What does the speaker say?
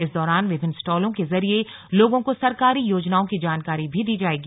इस दौरान विभिन्न स्टॉलों के जरिए लोगों को सरकारी योजनाओं की जानकारी भी दी जाएगी